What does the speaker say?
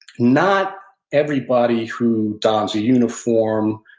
not everybody who dons a uniform,